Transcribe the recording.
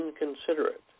inconsiderate